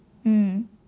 hmm